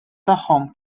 tagħhom